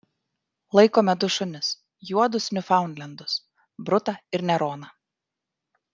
laikome du šunis juodus niufaundlendus brutą ir neroną